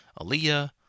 Aaliyah